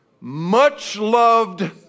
much-loved